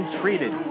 treated